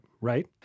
right